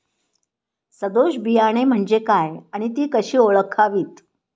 सदोष बियाणे म्हणजे काय आणि ती कशी ओळखावीत?